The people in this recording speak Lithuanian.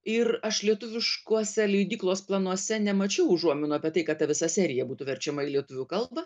ir aš lietuviškuose leidyklos planuose nemačiau užuominų apie tai kad ta visa serija būtų verčiama į lietuvių kalbą